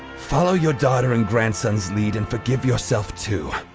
follow your daughter and grandson's lead and forgive yourself, too.